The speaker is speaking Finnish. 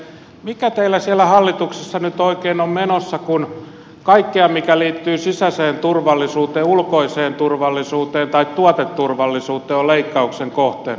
mikä teillä siellä hallituksessa nyt oikein on menossa kun kaikki mikä liittyy sisäiseen turvallisuuteen ulkoiseen turvallisuuteen tai tuoteturvallisuuteen on leikkauksen kohteena